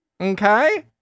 Okay